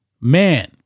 Man